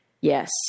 Yes